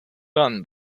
dann